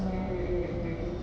mm mm mm mm